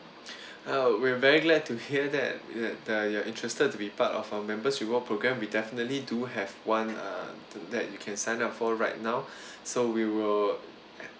uh we're very glad to hear that that uh you're interested to be part of our members reward program we be definitely do have one uh that you can sign up for right now so we will